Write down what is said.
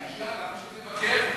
היא אישה, למה שתבקר?